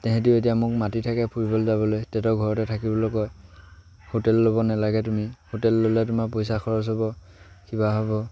তেহেঁতি এতিয়া মোক মাতি থাকে ফুৰিবলে যাবলৈ তেতিয়া ঘৰতে থাকিবলৈ কয় হোটেল ল'ব নেলাগে তুমি হোটেল ল'লে তোমাৰ পইচা খৰচ হ'ব কিবা হ'ব